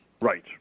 Right